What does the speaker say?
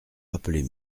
rappeler